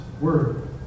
word